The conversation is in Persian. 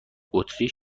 بطری